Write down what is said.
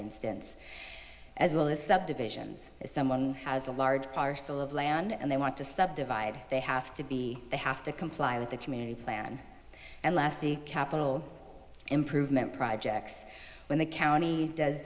instance as well as subdivisions if someone has a large parcel of land and they want to subdivide they have to be they have to comply with the community plan and lastly capital improvement projects when the county does